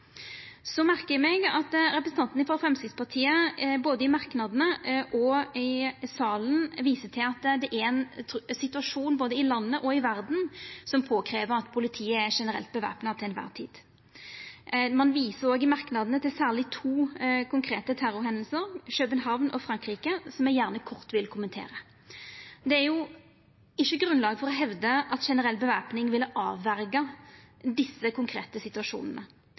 Så merkar eg meg at representanten frå Framstegspartiet, både i merknadene og i salen, viser til at det er ein situasjon både i landet og i verda som krev at politiet er generelt bevæpna til kvar tid. Ein viser òg i merknadene til særleg to konkrete terrorhendingar – i København og i Frankrike – som eg gjerne vil kommentera kort. Det er ikkje grunnlag for å hevda at generell bevæpning ville ha avverja desse konkrete situasjonane.